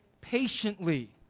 patiently